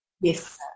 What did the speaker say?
Yes